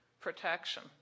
protection